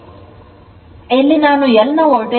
ಆದ್ದರಿಂದ ಇಲ್ಲಿ ನಾನು L ನ ವೋಲ್ಟೇಜ್ ಡ್ರಾಪ್ ಅನ್ನು 39